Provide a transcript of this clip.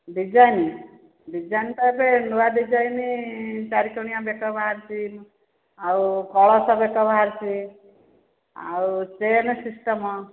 design design ତ ଏବେ ନୂଆ ଡିଜାଇନ ଚାରିକଣିଆ ବେକ ବାହାରିଛି ଆଉ କଳସ ବେକ ବାହାରିଛି ଆଉ ଚେନ ସିଷ୍ଟମ